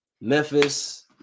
Memphis